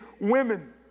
women